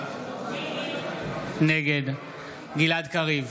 נגד גלעד קריב,